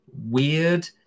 weird